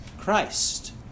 Christ